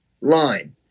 line